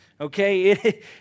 okay